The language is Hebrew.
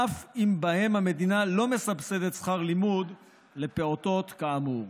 אף אם בהם המדינה לא מסבסדת שכר לימוד לפעוטות כאמור.